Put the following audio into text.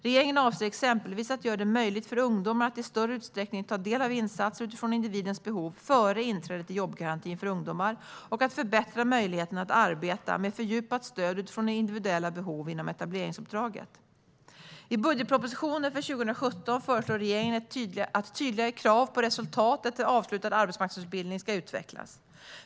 Regeringen avser exempelvis att göra det möjligt för ungdomar att i större utsträckning ta del av insatser utifrån individens behov före inträdet i jobbgarantin för ungdomar och att förbättra möjligheten att arbeta med fördjupat stöd utifrån individuella behov inom etableringsuppdraget. I budgetpropositionen för 2017 föreslår regeringen att tydligare krav på resultat efter avslutad arbetsmarknadsutbildning ska utvecklas.